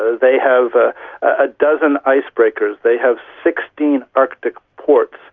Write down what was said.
they have ah a dozen icebreakers, they have sixteen arctic ports.